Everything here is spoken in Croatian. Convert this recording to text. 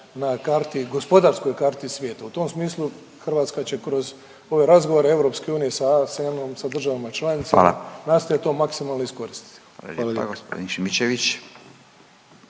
na karti, gospodarskoj karti svijeta. U tom smislu Hrvatska će kroz ove razgovore EU sa ASEAN-om, sa državama članicama …/Upadica Radin: Hvala./…